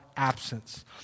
Absence